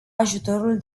ajutorul